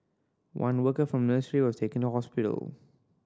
one worker from nursery was taken to hospital